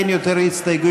אין יותר הסתייגויות.